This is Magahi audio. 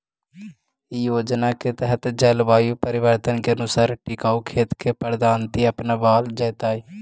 इ योजना के तहत जलवायु परिवर्तन के अनुसार टिकाऊ खेत के पद्धति अपनावल जैतई